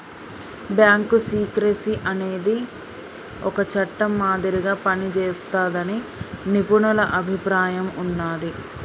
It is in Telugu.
బ్యాంకు సీక్రెసీ అనేది ఒక చట్టం మాదిరిగా పనిజేస్తాదని నిపుణుల అభిప్రాయం ఉన్నాది